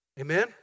Amen